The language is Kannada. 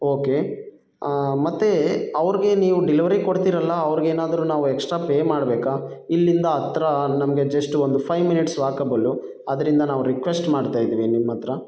ಓಕೆ ಮತ್ತು ಅವರಿಗೆ ನೀವು ಡೆಲವರಿ ಕೊಡ್ತೀರಲ್ಲ ಅವರಿಗೇನಾದರೂ ನಾವು ಎಕ್ಸ್ಟ್ರಾ ಪೇ ಮಾಡಬೇಕಾ ಇಲ್ಲಿಂದ ಹತ್ರ ನಮಗೆ ಜಸ್ಟ್ ಒಂದು ಫೈಯ್ ಮಿನಿಟ್ಸ್ ವಾಕಬಲ್ಲು ಆದ್ದರಿಂದ ನಾವು ರಿಕ್ವೆಸ್ಟ್ ಮಾಡ್ತಾ ಇದ್ದೀವಿ ನಿಮ್ಮ ಹತ್ತಿರ